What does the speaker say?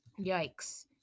yikes